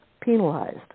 penalized